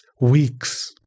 weeks